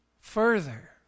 further